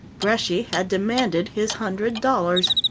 bresci had demanded his hundred dollars.